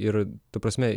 ir ta prasme